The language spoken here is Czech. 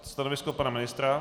Stanovisko pana ministra?